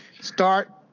start